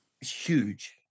Huge